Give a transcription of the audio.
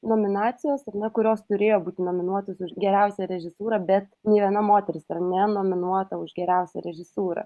nominacijos ar ne kurios turėjo būt nominuotos už geriausią režisūrą bet nė viena moteris dar ne nominuota už geriausią režisūrą